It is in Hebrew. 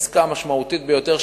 העסקה המשמעותית ביותר,